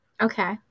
Okay